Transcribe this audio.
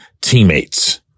teammates